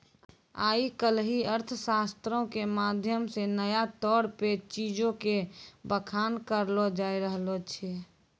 आइ काल्हि अर्थशास्त्रो के माध्यम से नया तौर पे चीजो के बखान करलो जाय रहलो छै